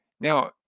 Now